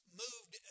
moved